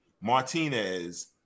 Martinez